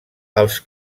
els